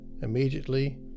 immediately